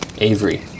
Avery